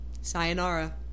sayonara